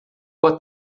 boa